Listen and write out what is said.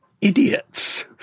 idiots